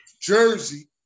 Jersey